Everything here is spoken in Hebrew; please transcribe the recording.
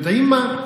יודעים מה?